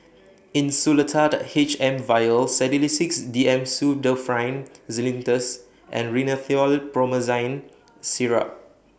Insulatard H M Vial Sedilix D M Pseudoephrine Linctus and Rhinathiol Promethazine Syrup